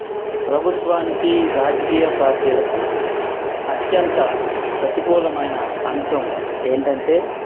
ప్రభుత్వానికి రాజకీయ పార్టీలకు అత్యంత ప్రతికూలమైన అంశం ఏమిటి అంటే